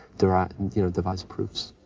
you know, devise proofs.